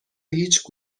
هیچ